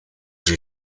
sie